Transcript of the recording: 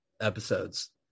episodes